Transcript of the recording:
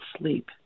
sleep